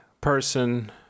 person